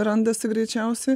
randasi greičiausiai